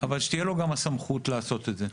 אבל שתהיה לו גם הסמכות לעשות את זה.